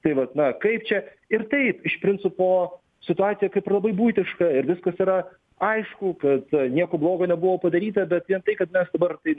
tai vat na kaip čia ir taip iš principo situacija kaip ir labai buitiška ir viskas yra aišku kad nieko blogo nebuvo padaryta bet vien tai kad mes dabar apie tai